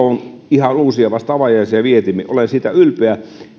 ihan uusi ja vasta avajaisia vietimme olen siitä ylpeä